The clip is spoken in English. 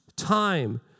time